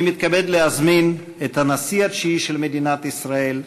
אני מתכבד להזמין את הנשיא התשיעי של מדינת ישראל,